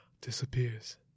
disappears